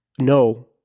No